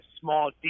small